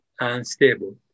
unstable